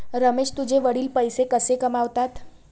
रमेश तुझे वडील पैसे कसे कमावतात?